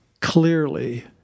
clearly